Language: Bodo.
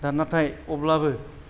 दा नाथाय अब्लाबो